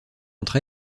entre